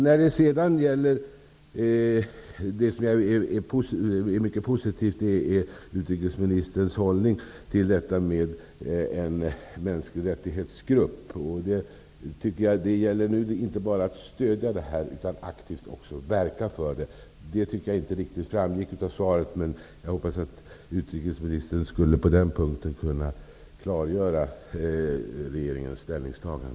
Utrikesministerns hållning är mycket positiv när det gäller en mänsklig rättighetsgrupp. Men det gäller att inte bara stödja den utan att aktivt verka för den. Jag tycker att regeringens ställningstagande inte riktigt framgick av svaret, och jag hoppas på utrikesministern klargörande på den punkten.